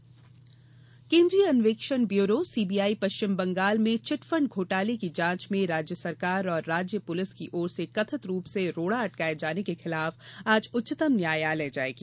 CBI chit fund केन्द्रीय अन्वेषण bureau CBI पश्चिम बंगाल में चिटफंड घोटाले की जांच में राज्य सरकार और राज्य पुलिस की ओर से कथित रूप से रोड़ा अटकाए जाने के खिलाफ आज उच्चतम न्यायालय जाएगी